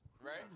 right